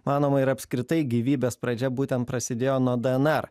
manoma ir apskritai gyvybės pradžia būtent prasidėjo nuo dnr